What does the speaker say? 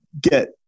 get